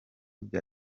bya